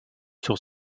sur